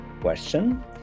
question